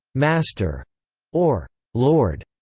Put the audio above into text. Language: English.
master or lord.